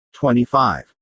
25